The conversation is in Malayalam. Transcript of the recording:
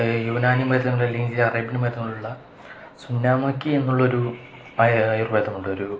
യൂനാനി മരുന്നുകള് അല്ലെങ്കിൽ അറേബ്യൻ മരുന്നുകളുള്ള സുന്നാമോക്കി എന്നുള്ളൊരു ആയുർവേദമുണ്ട് ഒരു